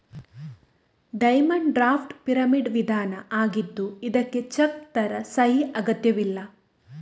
demand draft prepaid ವಿಧಾನ ಆಗಿದ್ದು ಇದ್ಕೆ ಚೆಕ್ ತರ ಸಹಿ ಅಗತ್ಯವಿಲ್ಲ